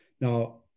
Now